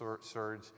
surge